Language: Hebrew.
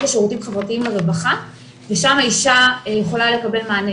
לשירותים חברתיים לרווחה ושמה אישה יכולה לקבל מענה,